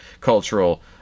cultural